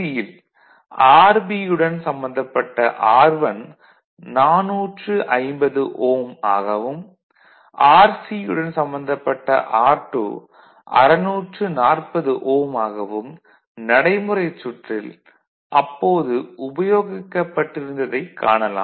யில் RB யுடன் சம்பந்தப்பட்ட R1 450 ஓம் ஆகவும் RC யுடன் சம்பந்தப்பட்ட R2 640 ஓம் ஆகவும் நடைமுறைச் சுற்றில் அப்போது உபயோகிக்கப்பட்டிருந்ததைக் காணலாம்